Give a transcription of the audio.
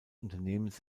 unternehmens